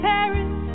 Paris